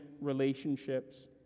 relationships